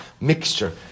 mixture